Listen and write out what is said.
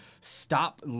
stop